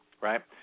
right